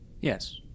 Yes